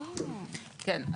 כן,